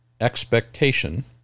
expectation